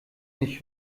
nicht